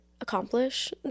accomplish